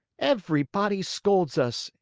everybody scolds us,